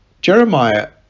Jeremiah